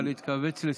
נא להתכווץ לסיכום.